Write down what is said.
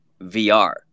vr